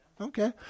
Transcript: Okay